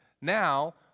now